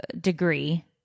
degree